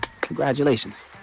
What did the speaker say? Congratulations